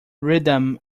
rhythm